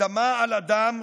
אדמה על אדם,